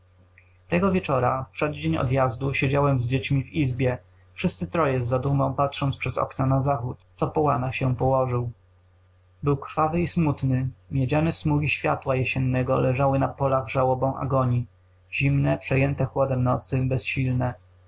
tego wieczora w przeddzień odjazdu siedziałem z dziećmi w izbie wszyscy troje z zadumą patrząc przez okna na zachód co po łanach się położył był krwawy i smutny miedziane smugi światła jesiennego leżały na polach żałobą agonii zimne przejęte chłodem nocy bezsilne